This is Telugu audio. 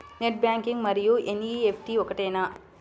నెట్ బ్యాంకింగ్ మరియు ఎన్.ఈ.ఎఫ్.టీ ఒకటేనా?